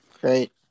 great